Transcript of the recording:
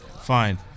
Fine